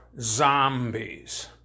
zombies